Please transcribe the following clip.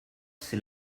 c’est